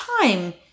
time